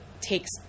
takes